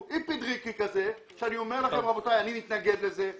היפי-ריקי כזה ואני אומר לכם שאני מתנגד לזה.